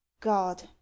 god